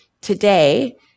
today